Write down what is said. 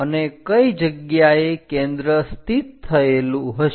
અને કઈ જગ્યાએ કેન્દ્ર સ્થિત થયેલું હશે